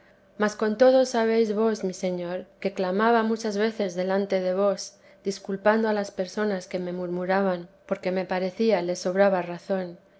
mas con todo sabéis vos mi señor que clamaba muchas veces delante de vos disculpando a las personas que me murmuraban porque me parecía les sobraba razón